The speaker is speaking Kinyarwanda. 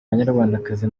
banyarwandakazi